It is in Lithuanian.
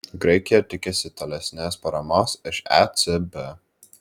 graikija tikisi tolesnės paramos iš ecb